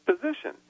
position